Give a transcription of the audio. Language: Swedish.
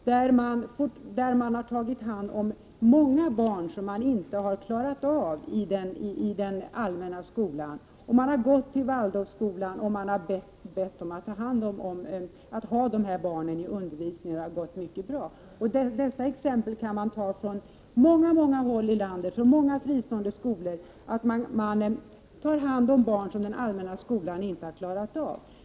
Där har man tagit hand om många barn som den allmänna skolan inte har klarat av. Man har alltså gått till Waldorf-skolan och bett skolan att ha de här barnen i undervisningen. Det har också gått mycket bra. Sådana exempel kan man ge från många fristående skolor i landet. Man tar hand om barn som den allmänna skolan inte har klarat av.